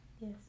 Yes